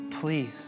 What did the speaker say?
please